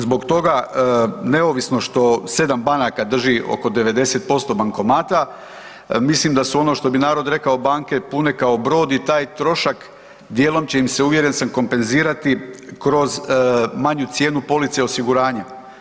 Zbog toga neovisno što sedam banaka drži oko 90% bankomata, mislim da su ono što bi narod rekao banke pune kao brod i kao trošak dijelom će im se uvjeren sam kompenzirati kroz manju cijenu police osiguranja.